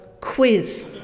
quiz